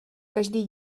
každý